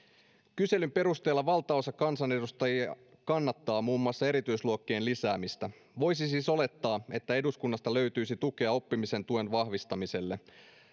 kyselyn perusteella valtaosa kansanedustajia kannattaa muun muassa erityisluokkien lisäämistä voisi siis olettaa että eduskunnasta löytyisi tukea oppimisen tuen vahvistamiselle